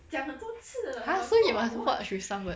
!huh! so you must watch with somebody